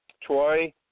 Troy